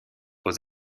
aux